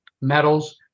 metals